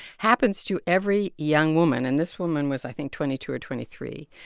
happens to every young woman. and this woman was i think twenty two or twenty three.